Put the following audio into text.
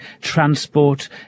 transport